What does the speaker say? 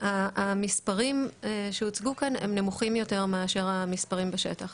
המספרים שהוצגו כאן הם נמוכים יותר מאשר המספרים בשטח.